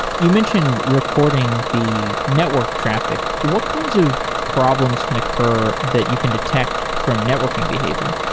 you mentioned recording the network traffic. what kinds of problems can occur that you can detect from networking behavior?